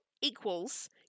equals